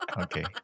okay